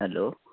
hello